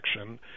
action